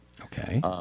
Okay